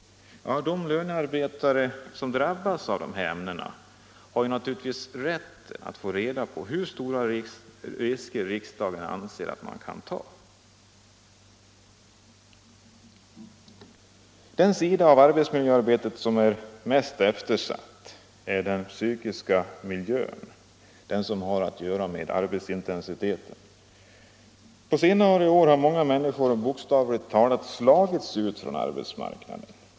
De lönearbetare som drabbas av dessa ämnen har naturligtvis rätt att få reda på hur stora risker riksdagen anser att de skall ta. Den sidan av arbetsmiljöarbetet som är mest eftersatt gäller den psykiska miljön, den som har att göra med arbetsintensiteten. På senare år har många människor bokstavligt talat slagits ut från arbetsmarknaden.